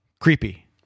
creepy